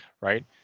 right